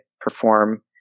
perform